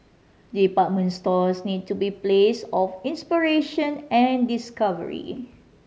department stores need to be place of inspiration and discovery